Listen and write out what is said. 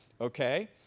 okay